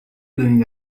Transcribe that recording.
doing